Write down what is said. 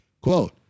Quote